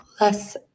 less